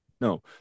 No